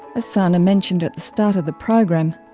ah sana mentioned at the start of the program,